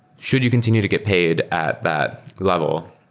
should you continue to get paid at that level?